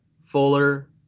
Fuller